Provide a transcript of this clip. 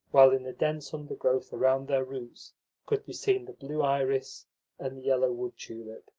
while in the dense undergrowth around their roots could be seen the blue iris and the yellow wood-tulip.